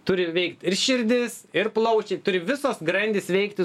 turi veikt ir širdis ir plaučiai turi visos grandys veikti